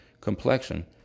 complexion